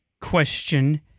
question